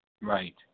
Right